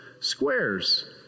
squares